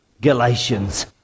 Galatians